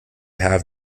have